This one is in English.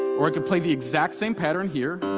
or i could play the exact same pattern here.